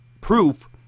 proof